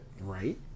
Right